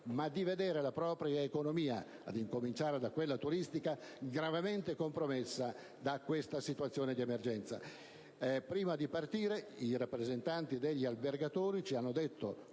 ma di vedere la propria economia, cominciando da quella turistica, gravemente compromessa da questa situazione di emergenza. Prima di partire, i rappresentanti degli albergatori ci hanno detto,